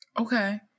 Okay